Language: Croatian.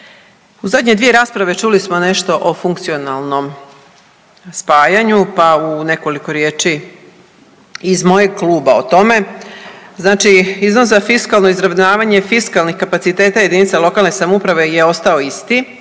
U zadnje 2 rasprave čuli smo nešto o funkcionalnom spajanju pa u nekoliko riječi iz mojeg kluba o tome. Znači iznos za fiskalno izravnavanje fiskalnih kapaciteta jedinica lokalne samouprave je ostao isti